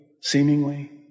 seemingly